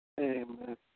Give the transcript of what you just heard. Amen